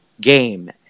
game